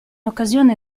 occasione